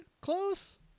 close